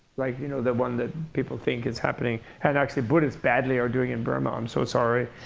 like you know the one that people think is happening. and actually, buddhists badly are doing in burma. i'm so sorry.